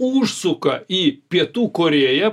užsuka į pietų korėją